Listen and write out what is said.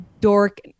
dork